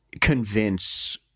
convince